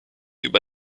über